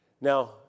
Now